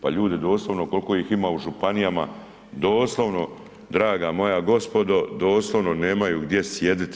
Pa ljudi doslovno koliko ih ima u županijama, doslovno draga moja gospodo, doslovno nemaju gdje sjediti.